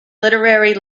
literary